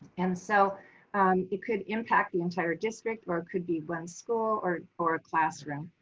and so it could impact the entire district, or it could be one school or or a classroom.